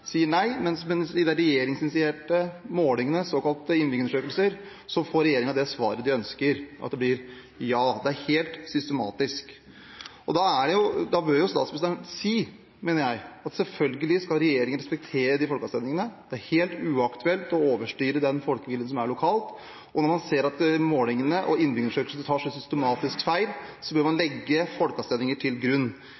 sier nei, mens i de regjeringsinitierte målingene, såkalte innbyggerundersøkelser, får regjeringen det svaret de ønsker – at det blir ja. Det er helt systematisk. Da bør jo statsministeren si, mener jeg, at selvfølgelig skal regjeringen respektere de folkeavstemningene, at det er helt uaktuelt å overstyre den folkeviljen som er lokalt, og når man ser at målingene og innbyggerundersøkelsene tar så systematisk feil, bør man legge folkeavstemninger til grunn.